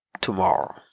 tomorrow